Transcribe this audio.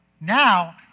Now